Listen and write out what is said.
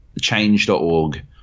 change.org